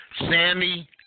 Sammy